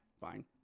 fine